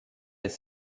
des